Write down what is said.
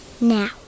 Now